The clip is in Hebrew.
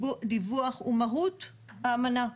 דיווח הוא מהות האמנה.